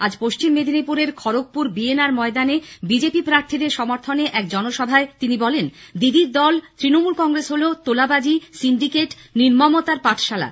আজ পশ্চিম মেদিনীপুরের খড়গপুর বিএনআর ময়দানে বিজেপি প্রার্থীদের সমর্থনে এক জনসভায় তিনি বলেন দিদির দল তৃণমূল কংগ্রেস হলো তোলাবাজি সিন্ডিকেট নির্মমতার পাঠশালা